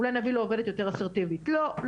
אלי נביא לו עובדת יותר אסרטיבית.." לא,